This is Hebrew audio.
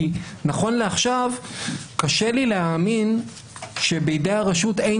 כי נכון לעכשיו קשה לי להאמין שבידי הרשות אין